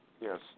Yes